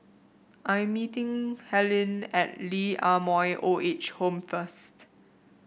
I'm meeting Helyn at Lee Ah Mooi Old Age Home first